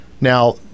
Now